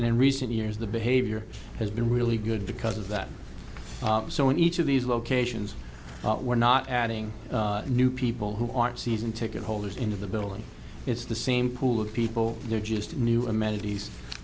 and in recent years the behavior has been really good because of that so in each of these locations we're not adding new people who are season ticket holders into the building it's the same pool of people there just new amenities